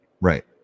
Right